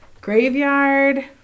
Graveyard